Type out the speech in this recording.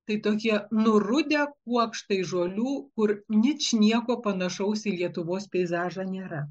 tai tokie nurudę kuokštai žolių kur ničnieko panašaus į lietuvos peizažą nėra